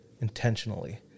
intentionally